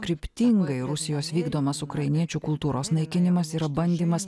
kryptingai rusijos vykdomas ukrainiečių kultūros naikinimas yra bandymas